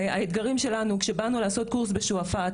והאתגרים שלנו כשבאנו לעשות קורס בשועפט,